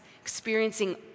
experiencing